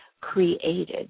created